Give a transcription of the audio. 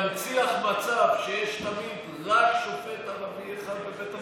כדי להנציח מצב שיש תמיד רק שופט ערבי אחד בבית המשפט?